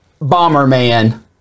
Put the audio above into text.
Bomberman